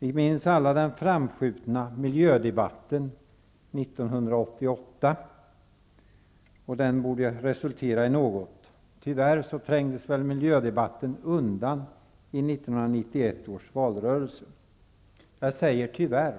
Vi minns alla den framskjutna miljödebatten 1988. Den borde ju resultera i något. Tyvärr trängdes väl miljödebatten undan i 1991 års valrörelse. Jag säger tyvärr,